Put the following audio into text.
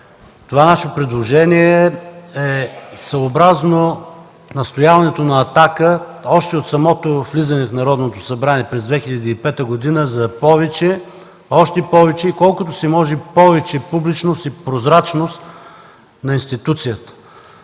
Това наше предложение е съобразно настояването на „Атака” още от самото влизане в Народното събрание през 2005 г. за повече, още повече и колкото се може повече публичност и прозрачност на институцията.